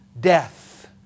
death